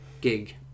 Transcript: gig